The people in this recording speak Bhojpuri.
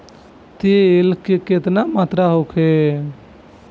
तेल के केतना मात्रा होखे?